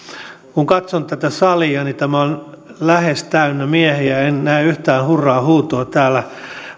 kun katson tätä salia niin tämä on lähes täynnä miehiä en kuule yhtään hurraa huutoa täällä